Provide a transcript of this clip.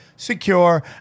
secure